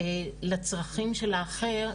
לצרכים של האחר,